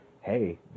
hey